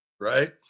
right